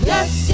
Yes